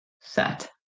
set